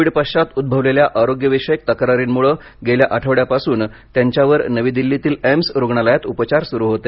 Covid पश्वात उद्भवलेल्या आरोग्यविषयक तक्रारींमुळे गेल्या आठवड्यापासून त्यांच्यावर नवी दिल्लीतील एम्स रुग्णालयात उपचार सुरु होते